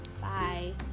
Bye